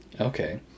okay